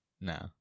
No